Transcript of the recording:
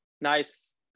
nice